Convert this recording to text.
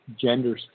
gender